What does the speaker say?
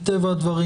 מטבע הדברים,